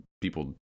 people